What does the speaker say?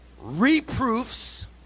Reproofs